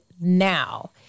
now